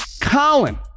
COLIN